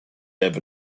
have